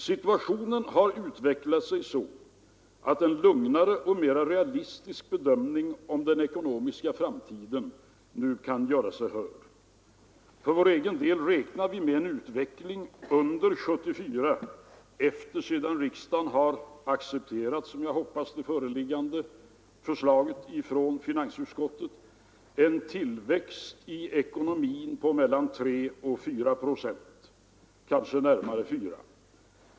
Situationen har utvecklat sig så att en lugnare och mera realistisk bedömning av den ekonomiska framtiden nu kan göra sig hörd. För vår egen del räknar vi med en sådan utveckling under 1974 — sedan riksdagen som jag hoppas har accepterat det föreliggande förslaget från finansutskottet — att vi får en tillväxt i ekonomin på mellan 3 och 4 procent, kanske närmare det sistnämnda procenttalet.